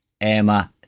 Emma